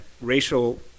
racial